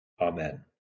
Amen